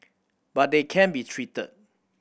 but they can be treated